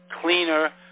cleaner